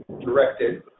directed